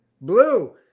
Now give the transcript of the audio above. Blue